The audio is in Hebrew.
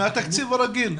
מן התקציב הרגיל.